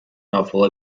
novel